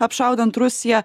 apšaudant rusiją